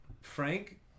Frank